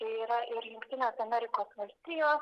yra ir jungtinės amerikos valstijos